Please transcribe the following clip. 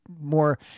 more